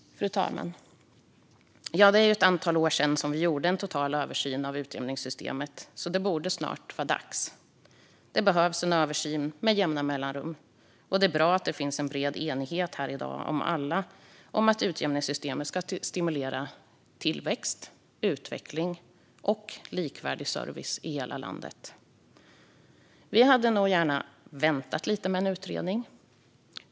Fru talman! Det är ju ett antal år sedan vi gjorde en total översyn av utjämningssystemet, så det borde snart vara dags igen. Det behövs en översyn med jämna mellanrum. Det är bra att det finns en bred enighet här i dag om att utjämningssystemet ska stimulera tillväxt, utveckling och likvärdig service i hela landet. Vi hade dock gärna väntat lite med en utredning.